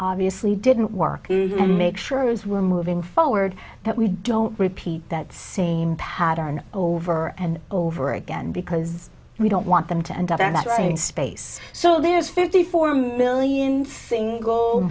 obviously didn't work and make sure as we're moving forward that we don't repeat that same pattern over and over again because we don't want them to that is saying space so there's fifty four million single